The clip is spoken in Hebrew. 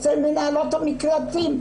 אצל מנהלות המקלטים,